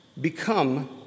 become